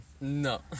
No